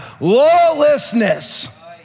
Lawlessness